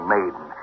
Maiden